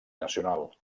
nacional